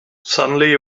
suddenly